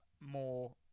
more